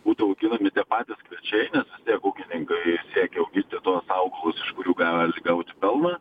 būtų auginami tie patys kviečiai nes vis tiek ūkininkai siekia auginti augalus iš kurių gali gauti pelną